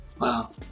wow